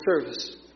service